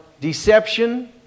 deception